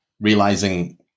realizing